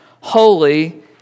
holy